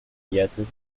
yates